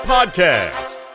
Podcast